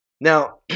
Now